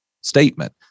statement